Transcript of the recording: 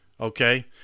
Okay